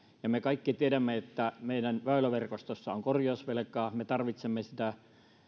me kaikki tiedämme että meidän väyläverkostossa on korjausvelkaa meidän tarvitsee sitä